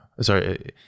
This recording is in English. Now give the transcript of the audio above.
sorry